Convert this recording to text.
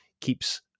keeps